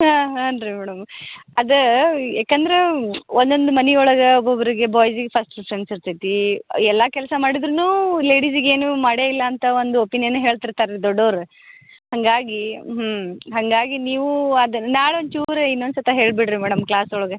ಹಾಂ ಹಾನ್ ರೀ ಮೇಡಮ್ ಅದೇ ಯಾಕಂದ್ರೆ ಒಂದೊಂದು ಮನೆ ಒಳಗೆ ಒಬ್ಬೊಬ್ಬರಿಗೆ ಬಾಯ್ಸಿಗೆ ಫಸ್ಟ್ ಪ್ರಿಫ್ರೆನ್ಸ್ ಇರ್ತೈತಿ ಎಲ್ಲ ಕೆಲಸ ಮಾಡಿದ್ರೂ ಲೇಡೀಜಿಗೇನೂ ಮಾಡೇ ಇಲ್ಲ ಅಂತ ಒಂದು ಒಪಿನಿಯನ್ ಹೇಳ್ತಿರ್ತಾರೆ ರೀ ದೊಡ್ಡವ್ರು ಹಾಗಾಗಿ ಹ್ಞೂ ಹಾಗಾಗಿ ನೀವು ಅದು ನಾಳೆ ಒಂಚೂರು ಇನ್ನೊಂದು ಸಲ ಹೇಳಿಬಿಡ್ರಿ ಮೇಡಮ್ ಕ್ಲಾಸ್ ಒಳಗೆ